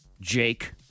Jake